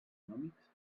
econòmics